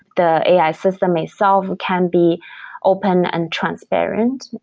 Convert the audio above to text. the ai system itself can be open and transparent,